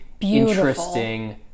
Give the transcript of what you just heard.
interesting